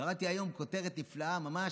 קראתי היום כותרת נפלאה ממש: